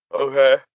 Okay